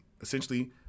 essentially